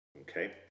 Okay